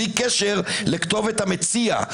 בלי קשר לכתובת המציע.